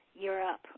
Europe